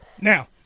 Now